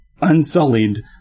unsullied